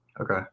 Okay